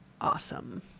awesome